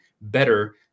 better